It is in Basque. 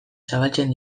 zabaltzen